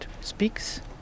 speaks